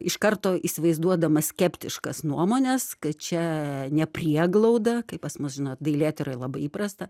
iš karto įsivaizduodama skeptiškas nuomones kad čia ne prieglauda kaip pas mus žinot dailėtyroj labai įprasta